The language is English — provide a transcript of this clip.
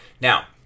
Now